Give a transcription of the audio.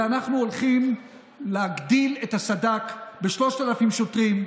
אלא אנחנו הולכים להגדיל את הסד"כ ב-3,000 שוטרים,